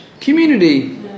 community